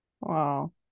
Wow